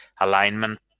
alignment